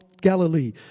Galilee